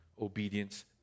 obedience